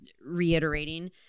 reiterating